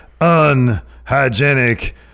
unhygienic